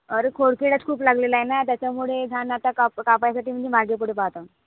अरे खोडकिडाच खूप लागलेला आहे ना त्याच्यामुळे धान आता काप कापायसाठी मी मागेपुढे पाहाताव